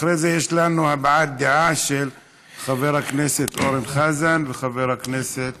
אחרי זה יש לנו הבעת דעה של חבר הכנסת אורן חזן וחבר הכנסת